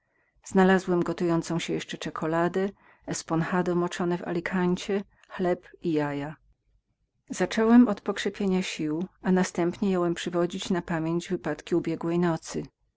znalazłem gotującą się jeszcze czekuladę sponhao moczone w alikancie chleb i jaja zacząłem od pokrzepienia sił i następnie jąłem przywodzić na pamięć wypadki ubiegłej nocy